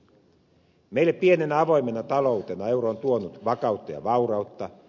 meille pienenä avoimena taloutena euro on tuonut vakautta ja vaurautta